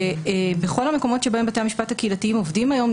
בכל המקומות בהם בתי המשפט הקהילתיים עובדים היום,